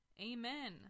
Amen